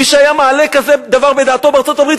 מי שהיה מעלה כזה דבר בדעתו בארצות-הברית,